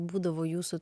būdavo jūsų